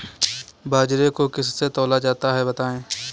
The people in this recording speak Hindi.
बाजरे को किससे तौला जाता है बताएँ?